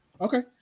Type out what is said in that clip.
Okay